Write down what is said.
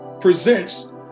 presents